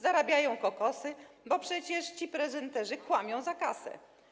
Zarabiają kokosy, bo przecież ci prezenterzy kłamią za kasę.